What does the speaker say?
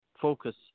focus